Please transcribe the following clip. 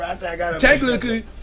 Technically